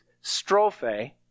strophe